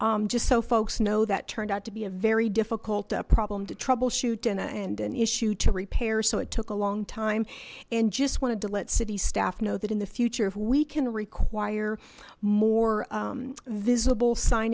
street just so folks know that turned out to be a very difficult problem to troubleshoot in and an issue to repair so it took a long time and just wanted to let city staff know that in the future if we can require more visible sign